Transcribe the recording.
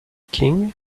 king